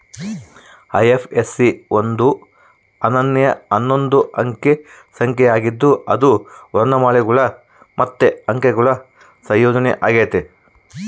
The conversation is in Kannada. ಐ.ಎಫ್.ಎಸ್.ಸಿ ಒಂದು ಅನನ್ಯ ಹನ್ನೊಂದು ಅಂಕೆ ಸಂಖ್ಯೆ ಆಗಿದ್ದು ಅದು ವರ್ಣಮಾಲೆಗುಳು ಮತ್ತೆ ಅಂಕೆಗುಳ ಸಂಯೋಜನೆ ಆಗೆತೆ